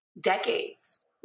decades